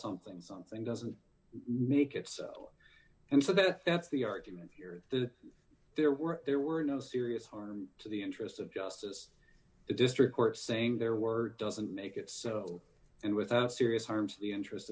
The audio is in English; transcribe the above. something something doesn't make it so and so that if that's the argument here the there were there were no serious harm to the interests of justice the district court saying there were doesn't make it so and without serious harm to the interest